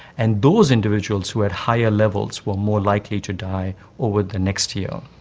and those individuals who had higher levels were more likely to die over the next year.